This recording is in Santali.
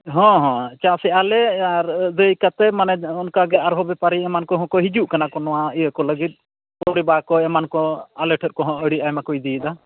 ᱦᱮᱸ ᱦᱮᱸ ᱪᱟᱥᱮᱫᱟᱞᱮ ᱟᱨ ᱟᱹᱫᱟᱹᱭ ᱠᱟᱛᱮᱫ ᱢᱟᱱᱮ ᱚᱱᱟᱠᱟᱜᱮ ᱟᱨᱦᱚᱸ ᱵᱮᱯᱟᱨᱤᱭᱟᱹ ᱮᱢᱟᱱ ᱠᱚᱦᱚᱸᱠᱚ ᱦᱤᱡᱩᱜ ᱠᱟᱱᱟᱠᱚ ᱱᱚᱣᱟ ᱤᱭᱟᱹᱠᱚ ᱞᱟᱹᱜᱤᱫ ᱮᱢᱟᱱᱠᱚ ᱟᱞᱮᱴᱷᱮᱱ ᱠᱚᱦᱚᱸ ᱟᱹᱰᱤ ᱟᱭᱢᱟᱠᱚ ᱤᱫᱤᱭᱮᱫᱟ